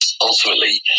ultimately